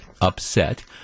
upset